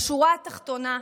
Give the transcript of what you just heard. בשורה התחתונה,